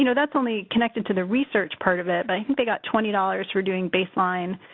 you know that's only connected to the research part of it, but i think they got twenty dollars for doing baseline,